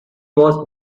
was